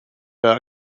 der